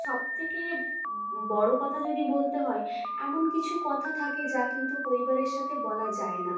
সবথেকে বড়ো কথা যদি বলতে হয় এমন কিছু কথা থাকে যা কিন্তু পরিবারের সাথে বলা যায় না